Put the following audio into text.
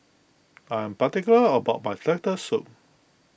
I am particular about my Turtle Soup